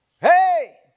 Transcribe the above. Hey